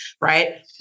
right